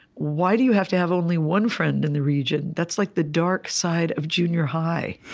why do you have to have only one friend in the region? that's like the dark side of junior high.